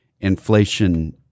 inflation